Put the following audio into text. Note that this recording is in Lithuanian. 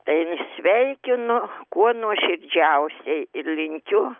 tai m sveikinu kuo nuoširdžiausiai ir linkiu